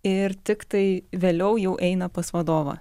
ir tiktai vėliau jau eina pas vadovą